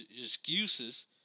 excuses